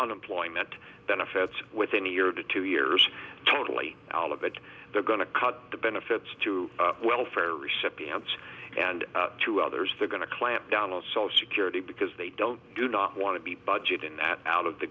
unemployment benefits within a year to two years totally out of it they're going to cut the benefits to welfare recipients and to others they're going to clamp down on social security because they don't do not want to be budgeting that out of the